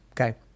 Okay